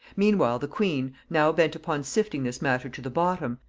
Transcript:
meanwhile the queen, now bent upon sifting this matter to the bottom,